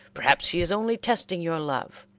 perhaps she is only testing your love.